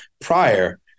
prior